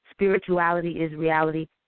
spiritualityisreality